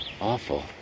Awful